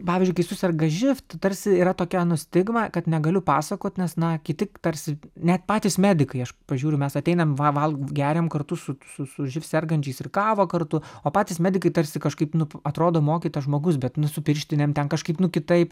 pavyzdžiui kai suserga živ tai tarsi yra tokia stigma kad negaliu pasakot nes na kiti tarsi net patys medikai aš pažiūriu mes ateinam va val geriam kartu su su su živ sergančiais ir kavą kartu o patys medikai tarsi kažkaip atrodo mokytas žmogus bet su pirštinėm ten kažkaip nu kitaip